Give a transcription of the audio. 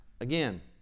again